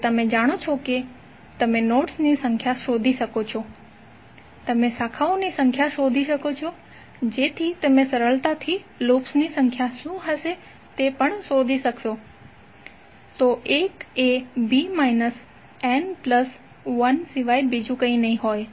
તો તમે જાણો છો કે તમે નોડ્સની સંખ્યા શોધી શકો છો તમે શાખાઓની સંખ્યા શોધી શકો છો જેથી તમે સરળતાથી લૂપ્સની સંખ્યા શું હશે તે શોધી શકો છો તો l એ b minus n plus one સિવાય બીજું કંઈ નહીં હોઇ